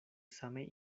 same